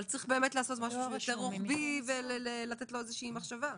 אבל צריך לעשות משהו שהוא יותר רוחבי ולתת לו איזושהי מחשבה.